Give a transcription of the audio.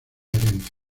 herencia